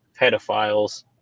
pedophiles